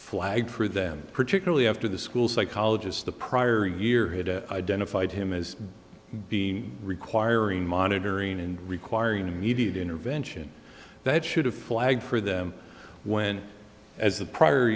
flagged for them particularly after the school psychologist the prior year had to identified him as being requiring monitoring and requiring immediate intervention that should have flagged for them when as the prior